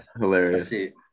hilarious